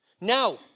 Now